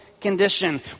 condition